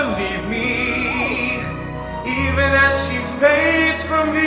me even as she fades from me